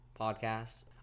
Podcasts